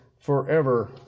forever